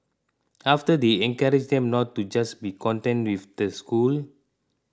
after they encourage them not to just be content with the school